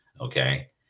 okay